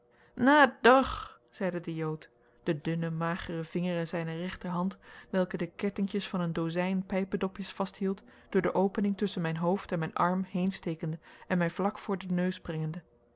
doch zeide de jood de dunne magere vingeren zijner rechterhand welke de kettinkjes van een dozijn pijpedopjes vasthield door de opening tusschen mijn hoofd en mijn arm heenstekende en mij vlak voor den neus